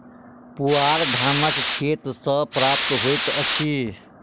पुआर धानक खेत सॅ प्राप्त होइत अछि